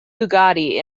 bugatti